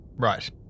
Right